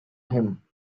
him